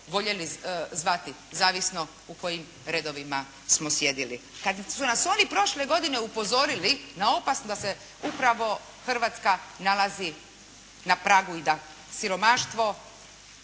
voljeli zvati zavisno u kojim redovima smo sjedili. Kad su nas oni prošle godine upozorili na opasnost da se upravo Hrvatska nalazi na pragu i da siromaštvo